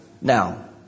now